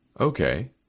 Okay